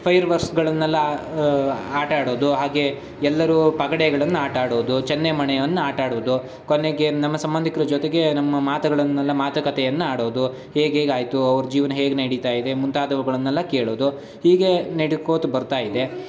fire ವರ್ಸ್ಗಳನ್ನೆಲ್ಲ ಆಟಾಡೋದು ಹಾಗೇ ಎಲ್ಲರೂ ಪಗಡೆಗಳನ್ನು ಆಟಾಡೋದು ಚನ್ನೆಮಣೆಯನ್ನು ಆಟಾಡೋದು ಕೊನೆಗೆ ನಮ್ಮ ಸಂಬಂಧಿಕ್ರ ಜೊತೆಗೆ ನಮ್ಮ ಮಾತುಗಳನ್ನೆಲ್ಲ ಮಾತುಕತೆಯನ್ನು ಆಡೋದು ಹೇಗೇಗಾಯಿತು ಅವ್ರ ಜೀವನ ಹೇಗೆ ನಡೀತಾ ಇದೆ ಮುಂತಾದವುಗಳನ್ನೆಲ್ಲ ಕೇಳೋದು ಹೀಗೇ ನೆಡ್ಕೋತ ಬರ್ತಾ ಇದೆ